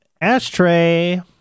ashtray